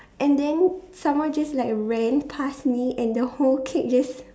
and then someone just like ran pass me and the whole cake just